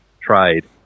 trade